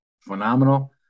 phenomenal